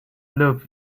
loaf